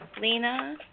lena